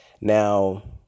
now